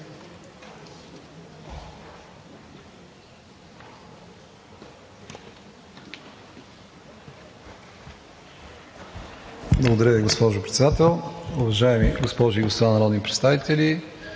Благодаря Ви, госпожо Председател. Уважаеми госпожи и господа народни представители!